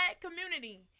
community